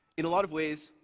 in a lot of ways,